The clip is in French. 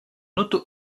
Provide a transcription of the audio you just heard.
auto